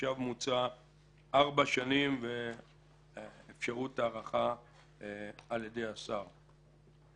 עכשיו מוצע ארבע שנים ואפשרות הארכה על ידי השר.